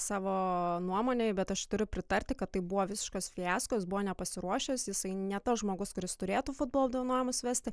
savo nuomonei bet aš turiu pritarti kad tai buvo visiškas fiasko jis buvo nepasiruošęs jisai ne tas žmogus kuris turėtų futbolo apdovanojimus vesti